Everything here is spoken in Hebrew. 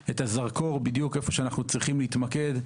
הזרקור בדיוק על הנושאים שבהם אנחנו צריכים להתמקד,